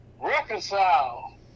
reconcile